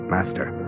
Master